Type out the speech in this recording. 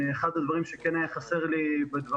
אחד הדברים שכן היה לי חסר בדבריו,